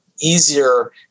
easier